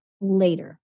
later